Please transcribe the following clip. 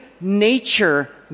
nature